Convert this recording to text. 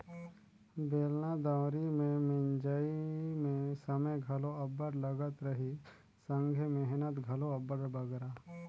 बेलना दउंरी मे मिंजई मे समे घलो अब्बड़ लगत रहिस संघे मेहनत घलो अब्बड़ बगरा